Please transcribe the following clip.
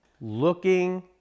looking